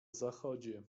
zachodzie